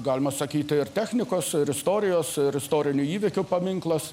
galima sakyti ir technikos ir istorijos ir istorinių įvykių paminklas